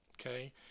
Okay